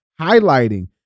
highlighting